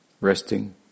resting